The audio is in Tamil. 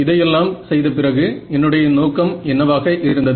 இதையெல்லாம் செய்தபிறகு என்னுடைய நோக்கம் என்னவாக இருந்தது